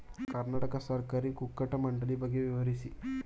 ಕರ್ನಾಟಕ ಸಹಕಾರಿ ಕುಕ್ಕಟ ಮಂಡಳಿ ಬಗ್ಗೆ ವಿವರಿಸಿ?